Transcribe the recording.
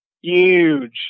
huge